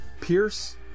Pierce